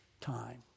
time